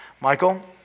Michael